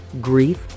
grief